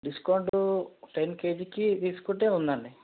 discount ten కేజీకి తీసుకుంటే ఉందండి